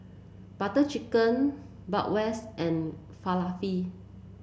Butter Chicken Bratwurst and Falafel